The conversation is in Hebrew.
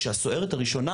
כשהסוהרת הראשונה,